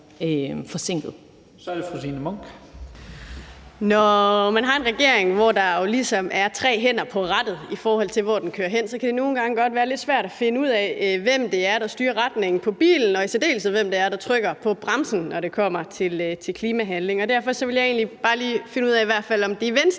Kl. 11:41 Signe Munk (SF): Når man har en regering, hvor der jo ligesom er tre hænder på rettet, i forhold til hvor den kører hen, så kan det nogle gange godt være lidt svært at finde ud af, hvem det er, der styrer retningen på bilen, og i særdeleshed hvem det er, der trykker på bremsen, når det kommer til klimahandling. Derfor vil jeg i hvert fald egentlig bare lige finde ud af, om det er Venstre,